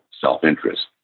self-interest